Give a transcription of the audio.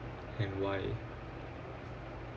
and why